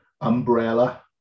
umbrella